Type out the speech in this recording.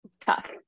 tough